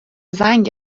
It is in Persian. زنگ